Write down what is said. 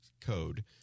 code